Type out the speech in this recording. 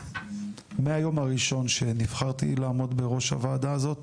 מהיום הראשון שנבחרתי לעמוד בראש הוועדה הזאת,